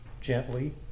gently